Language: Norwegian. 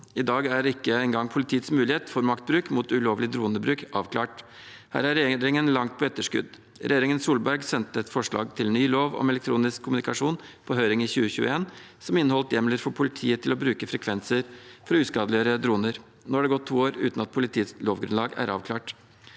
I dag er ikke engang politiets mulighet for maktbruk mot ulovlig dronebruk avklart. Her er regjeringen langt på etterskudd. Regjeringen Solberg sendte et forslag til ny lov om elektronisk kommunikasjon på høring i 2021. Det inneholdt hjemler for politiet til å bruke frekvenser for å uskadeliggjøre droner. Nå har det gått to år uten at politiets lovgrunnlag er avklart.